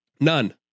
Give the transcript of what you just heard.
none